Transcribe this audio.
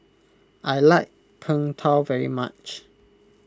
I like Png Tao very much